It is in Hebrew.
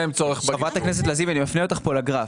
חברת הכנסת לזימי, אני מפנה אותך אל הגרף.